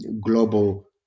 global